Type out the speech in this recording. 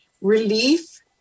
Relief